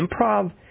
Improv